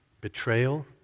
betrayal